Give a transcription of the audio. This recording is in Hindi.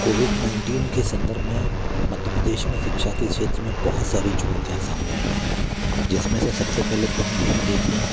कोविड नाइन्टीन के संदर्भ में मध्य प्रदेश में शिक्षा के क्षेत्र में बहुत सारी चुनौतियाँ सामने आई हैं जिस में से सब से पहले तो हम यही देखें